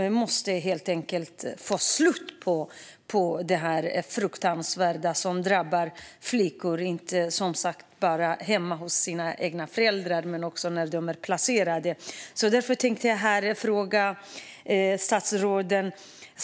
Det måste helt enkelt bli slut på detta fruktansvärda som drabbar flickor inte bara hemma hos de egna föräldrarna utan också när de är placerade. Därför vill jag ställa en fråga till statsrådet.